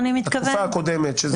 התקופה הקודמת,